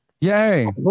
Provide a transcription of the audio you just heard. Yay